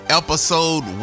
episode